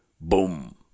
Boom